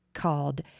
called